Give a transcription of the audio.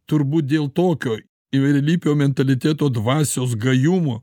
turbūt dėl tokio įvairialypio mentaliteto dvasios gajumo